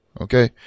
okay